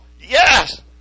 yes